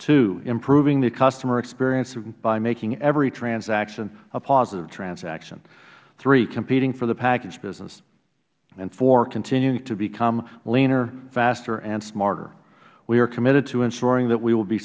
two improving the customer experience by making every transaction a positive transaction three competing for the package business and four continuing to become leaner faster and smarter we are committed to ensuring that we will be